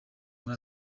muri